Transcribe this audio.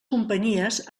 companyies